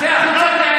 צא החוצה.